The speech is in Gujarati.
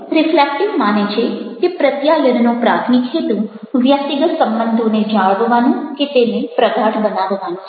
રિફ્લેક્ટિવ માને છે કે પ્રત્યાયનનો પ્રાથમિક હેતુ વ્યક્તિગત સંબંધોને જાળવવાનો કે તેને પ્રગાઢ બનાવવાનો છે